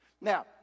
Now